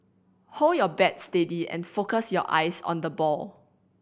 hold your bat steady and focus your eyes on the ball